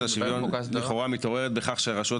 השאלה של השוויון לכאורה מתעוררת בכך שרשויות